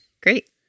Great